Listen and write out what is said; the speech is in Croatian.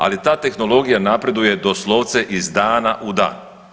Ali ta tehnologija napreduje doslovce iz dana u dan.